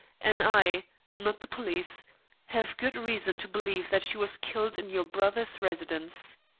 and i not the police have good reason to believe that she was killed in your brother's residence.